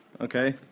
Okay